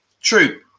true